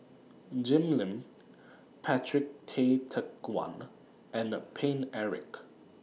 Jim Lim Patrick Tay Teck Guan and The Paine Eric